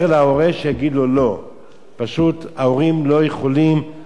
פשוט, ההורים לא יכולים להתעמת עם הילדים שלהם.